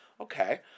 Okay